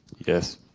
yes